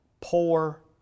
poor